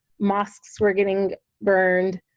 mosques were getting burned,